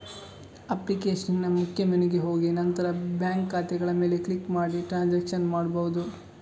ಅಪ್ಲಿಕೇಶನಿನ ಮುಖ್ಯ ಮೆನುಗೆ ಹೋಗಿ ನಂತರ ಬ್ಯಾಂಕ್ ಖಾತೆಗಳ ಮೇಲೆ ಕ್ಲಿಕ್ ಮಾಡಿ ಟ್ರಾನ್ಸಾಕ್ಷನ್ ಮಾಡ್ಬಹುದು